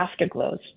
afterglows